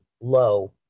low